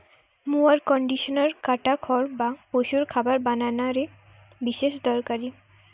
mower conditioner কাটা খড় বা পশুর খাবার বানানা রে বিশেষ দরকারি